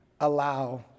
allow